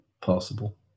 possible